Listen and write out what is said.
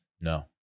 No